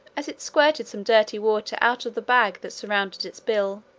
as it squirted some dirty water out of the bag that surrounded its bill,